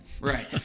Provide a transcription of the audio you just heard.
Right